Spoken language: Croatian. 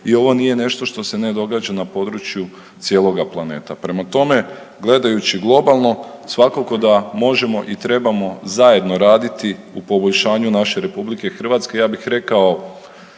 i ovo nije nešto što se ne događa na području cijeloga planeta. Prema tome, gledajući globalno svakako da možemo i trebamo zajedno raditi u poboljšanju naše RH, ja bih rekao